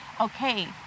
okay